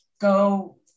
go